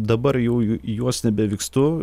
dabar jau į juos nebevykstu